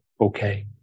okay